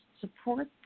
support